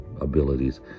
abilities